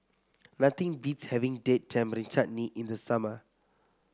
nothing beats having Date Tamarind Chutney in the summer